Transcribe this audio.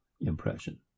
impression